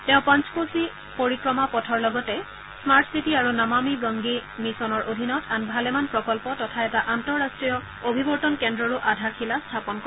তেওঁ পঞ্চকোশি পৰিক্ৰমা পথৰ লগতে স্মাৰ্ট চিটি আৰু নমামি গংগে মিচনৰ অধীনত আন ভালেমান প্ৰকল্প তথা এটা আন্তঃৰাষ্টীয় অভিৱৰ্তন কেন্দ্ৰৰো আধাৰশিলা স্থাপন কৰে